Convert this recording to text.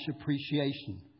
appreciation